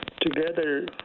together